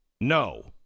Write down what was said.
no